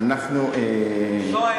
זו האמת.